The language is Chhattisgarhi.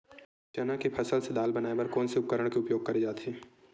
चना के फसल से दाल बनाये बर कोन से उपकरण के उपयोग करे जाथे?